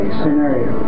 scenario